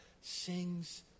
sings